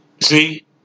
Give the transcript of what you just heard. See